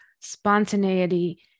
spontaneity